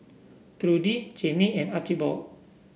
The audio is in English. Trudi Jaime and Archibald